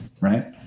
Right